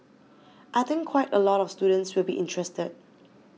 I think quite a lot of students will be interested